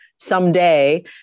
someday